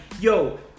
yo